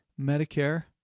Medicare